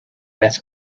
met